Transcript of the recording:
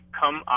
come